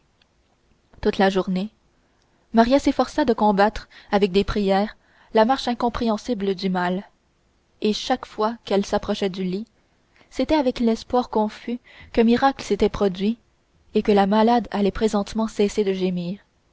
toute la journée maria s'efforça de combattre avec des prières la marche incompréhensible du mal et chaque fois qu'elle s'approchait du lit c'était avec l'espoir confus qu'un miracle s'était produit et que la malade allait présentement cesser de gémir